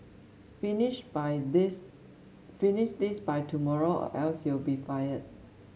finish by this finish this by tomorrow or else you'll be fired